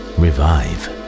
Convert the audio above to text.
revive